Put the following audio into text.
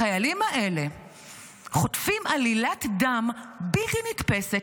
החיילים האלה חוטפים עלילת דם בלתי נתפסת,